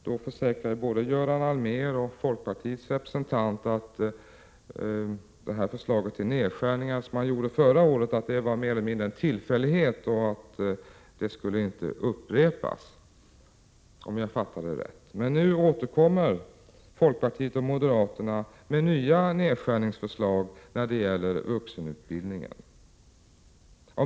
Då försäkrade både Göran Allmér och folkpartiets representant att de förslag om nedskärningar som man hade fört fram förra året mer eller mindre var en tillfällighet och inte skulle upprepas, om jag förstod rätt. Men nu återkommer folkpartiet och moderaterna med nya nedskärningsförslag när det gäller vuxenutbildningen.